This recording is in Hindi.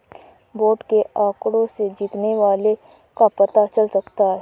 वोट के आंकड़ों से जीतने वाले का पता चल जाता है